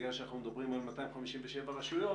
בגלל שאנחנו מדברים על 257 רשויות